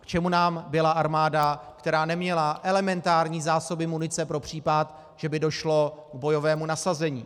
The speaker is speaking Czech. K čemu nám byla armáda, která neměla elementární zásoby munice pro případ, že by došlo k bojovému nasazení?